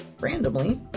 randomly